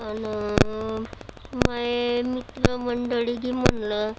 आणि माझे मित्रमंडळी गी म्हणलं